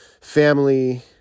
family